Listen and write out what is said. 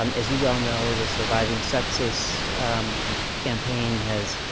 um as you well know, the surviving sepsis campaign has